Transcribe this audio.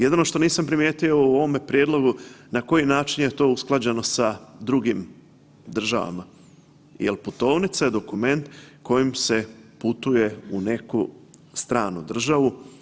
Jedino što nisam primijetio u ovome prijedlogu na koji način je to usklađeno sa drugim državama, jer putovnica je dokument kojim se putuje u neku stranu državu.